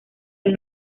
del